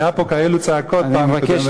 היו פה כאלו צעקות בפעם הקודמת.